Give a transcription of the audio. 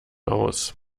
aus